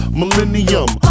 millennium